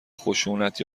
خشونت